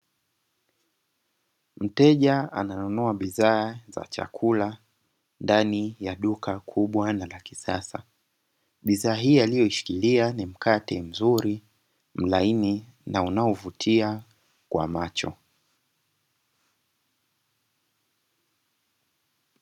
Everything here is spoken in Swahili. Mteja ananunua bidhaa za chakula, ndani ya duka kubwa na la kisasa, bidhaa hiyo aliyo shikilia ni mkate mzuri, mlaini na unao vutia kwa macho.